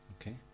Okay